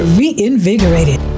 reinvigorated